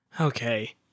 Okay